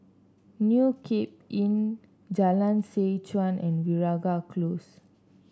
New Cape Inn Jalan Seh Chuan and Veeragoo Close